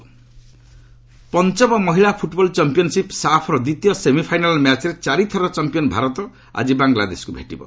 ସାପ୍ ପଞ୍ଚମ ମହିଳା football championship ସାଫ୍ର ଦ୍ୱିତୀୟ ସେମିଫାଇନାଲ୍ ମ୍ୟାଚ୍ରେ ଚାରିଥରର ଚାମ୍ପିୟନ୍ ଭାରତ ଆକି ବାଙ୍ଗଲାଦେଶକୁ ଭେଟିବ